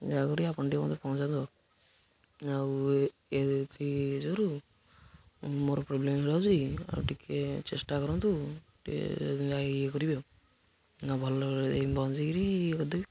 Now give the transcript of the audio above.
ଯାହା କରିବେ ଆପଣ ଟିକେଏ ମୋତେ ପହଞ୍ଚାନ୍ତୁ ଆଉ ଏ ମୋର ପ୍ରୋବ୍ଲେମ ହୋଇଯାଉଛି ଆଉ ଟିକେ ଚେଷ୍ଟା କରନ୍ତୁ ଟିକେ ଯାହା ଇଏ କରିବେ ଆଉ ଭଲରେ ପହଞ୍ଚିକିରି ଇଏ କରିଦେବି